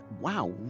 wow